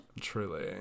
truly